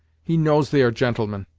he knows they are gentlemen,